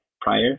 prior